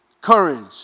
courage